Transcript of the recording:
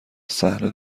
صحنه